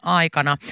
aikana